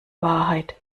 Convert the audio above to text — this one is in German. wahrheit